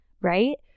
right